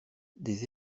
des